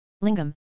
Lingam